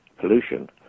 pollution